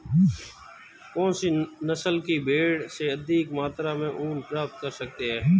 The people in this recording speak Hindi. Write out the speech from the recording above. कौनसी नस्ल की भेड़ से अधिक मात्रा में ऊन प्राप्त कर सकते हैं?